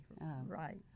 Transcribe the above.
right